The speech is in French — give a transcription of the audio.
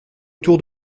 autour